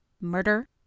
murder